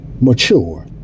mature